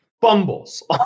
fumbles